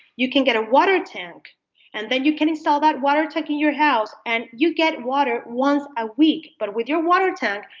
you can get a water tank and then you can install that water tank in your house and you get water once a week. but with your water tank,